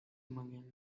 again